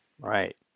right